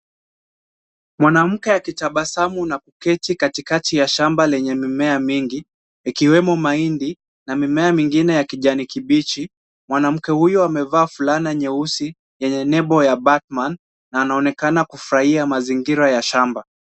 Mwanamke akitabasamu na kuketi katikati ya shamba lenye mimea mingi ikiwemo mahindi na mimea mingine ya kijani kibichi. Mwananke huyu amevaa fulana nyeusi yenye nembo ya bat man na anaonekana kufurahia mazingira ya shamba.